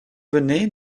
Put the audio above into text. venez